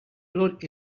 blood